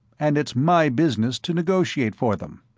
and it's my business to negotiate for them.